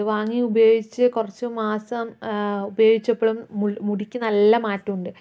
അത് വാങ്ങി ഉപയോഗിച്ച് കുറച്ച് മാസം ഉപയോഗിച്ചപ്പോഴും മുടിക്ക് നല്ല മാറ്റമുണ്ട്